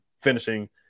finishing